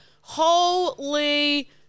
Holy